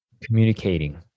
communicating